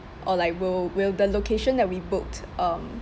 or like will will the location that we booked um